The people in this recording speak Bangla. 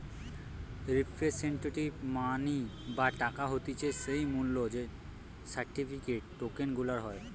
রিপ্রেসেন্টেটিভ মানি বা টাকা হতিছে যেই মূল্য সার্টিফিকেট, টোকেন গুলার হয়